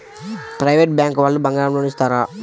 Private bank వాళ్ళు బంగారం loan ఇస్తారా?